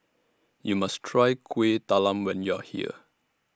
YOU must Try Kuih Talam when YOU Are here